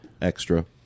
extra